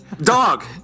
Dog